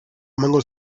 emango